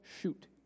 shoot